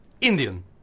Indian